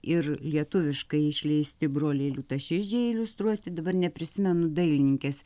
ir lietuviškai išleisti broliai liūtaširdžiai iliustruoti dabar neprisimenu dailininkės